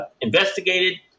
investigated